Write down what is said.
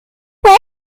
where